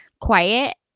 quiet